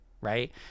right